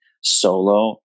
solo